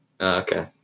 Okay